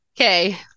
Okay